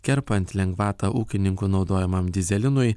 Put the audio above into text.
kerpant lengvatą ūkininkų naudojamam dyzelinui